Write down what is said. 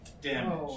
damage